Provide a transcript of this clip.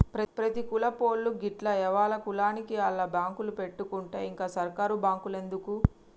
ప్రతి కులపోళ్లూ గిట్ల ఎవల కులానికి ఆళ్ల బాంకులు పెట్టుకుంటే ఇంక సర్కారు బాంకులెందుకు